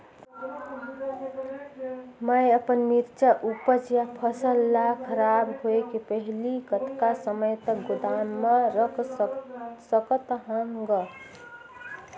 मैं अपन मिरचा ऊपज या फसल ला खराब होय के पहेली कतका समय तक गोदाम म रख सकथ हान ग?